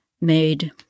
made